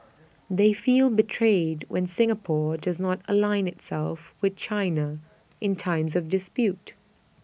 they feel betrayed when Singapore does not align itself with China in times of dispute